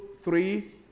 three